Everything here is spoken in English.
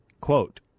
Quote